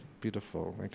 beautiful